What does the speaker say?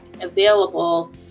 available